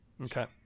Okay